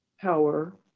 power